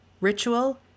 Ritual